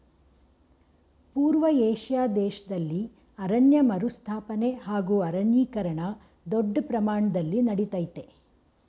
ಪೂರ್ವ ಏಷ್ಯಾ ದೇಶ್ದಲ್ಲಿ ಅರಣ್ಯ ಮರುಸ್ಥಾಪನೆ ಹಾಗೂ ಅರಣ್ಯೀಕರಣ ದೊಡ್ ಪ್ರಮಾಣ್ದಲ್ಲಿ ನಡಿತಯ್ತೆ